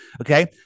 okay